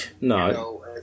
No